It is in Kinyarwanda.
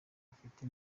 bafite